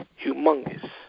humongous